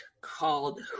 called